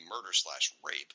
murder-slash-rape